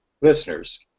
listeners